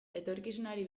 etorkizunari